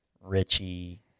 Richie